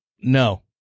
no